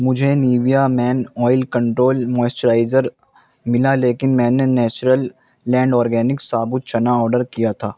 مجھے Nivea men oil control moisturiser ملا لیکن میں نے نیچرل لینڈ آرگینک ثابوت چنا آرڈر کیا تھا